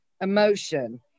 emotion